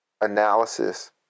analysis